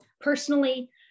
personally